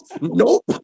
Nope